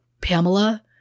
Pamela